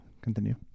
Continue